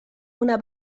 una